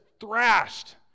thrashed